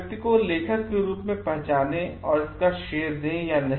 व्यक्ति को लेखक के रूप में पहचानें और इसका श्रेय दें या नहीं